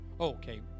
Okay